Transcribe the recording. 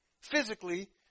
physically